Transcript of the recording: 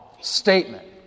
statement